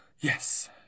Yes